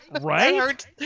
Right